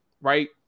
Right